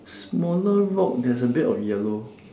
smaller rock there's a bit of yellow